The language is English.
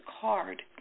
card